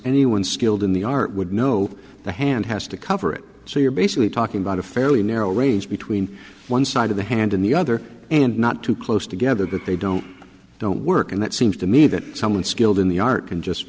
anyone skilled in the art would know the hand has to cover it so you're basically talking about a fairly narrow range between one side of the hand and the other and not too close together that they don't don't work and that seems to me that someone skilled in the art can just